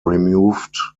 removed